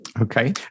Okay